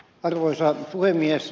arvoisa puhemies